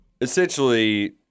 essentially